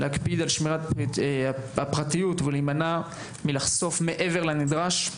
להקפיד על שמירת הפרטיות ולהימנע מלחשוף מעבר לנדרש.